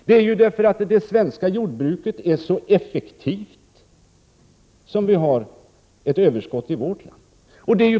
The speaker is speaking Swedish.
Det är ju därför att det svenska jordbruket är så effektivt som vi har ett överskott i vårt land.